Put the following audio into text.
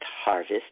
harvest